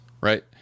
Right